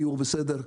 תיאום וסדר.